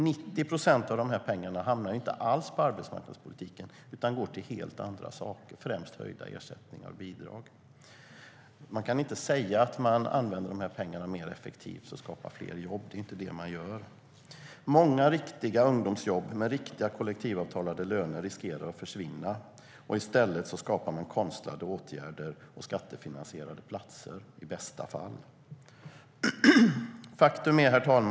90 procent av dessa penar hamnar inte alls på arbetsmarknaden, utan de går till helt andra saker, främst till höjda ersättningar och bidrag. Man kan inte säga att pengarna används mer effektivt för att skapa fler jobb, för det är ju inte det man gör. STYLEREF Kantrubrik \* MERGEFORMAT Svar på interpellationerHerr talman!